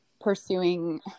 pursuing